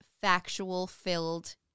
factual-filled